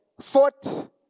fought